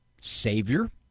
Savior